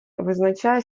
визначає